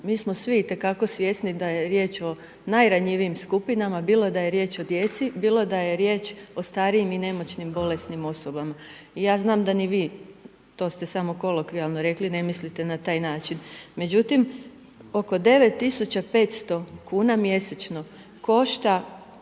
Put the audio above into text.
mi smo svi itekako svjesni, da je riječ o najranjivijim skupinama, bilo da je riječ o djeci, bilo da je riječ o starijim i nemoćnim bolesnim osobama. I ja znam da ni vi, to ste samo kolokvijalno rekli, ne mislite na taj način međutim, oko 9500 kn, mjesečno košta